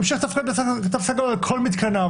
ימשיך לתפקד בתו סגול על כל מתקניו,